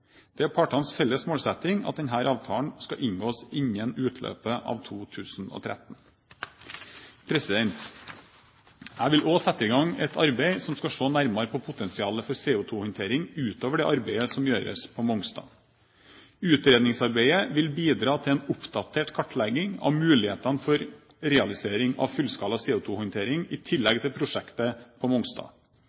Det er partenes felles målsetting at denne avtalen skal inngås innen utløpet av 2013. Jeg vil også sette i gang et arbeid som skal se nærmere på potensialet for CO2-håndtering utover det arbeidet som gjøres på Mongstad. Utredningsarbeidet vil bidra til en oppdatert kartlegging av mulighetene for realisering av fullskala CO2-håndtering i tillegg til prosjektet på Mongstad.